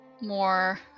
More